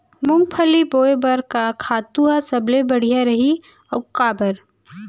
मूंगफली बोए बर का खातू ह सबले बढ़िया रही, अऊ काबर?